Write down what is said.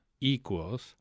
equals